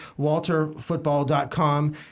WalterFootball.com